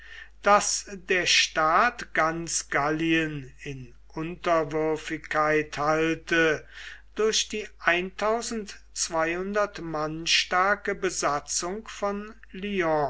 daß der staat ganz gallien in unterwürfigkeit halte durch die mann starke besatzung von